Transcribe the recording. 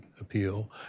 appeal